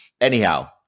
Anyhow